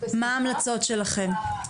מה המלצות שלכם?